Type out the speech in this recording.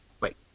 Wait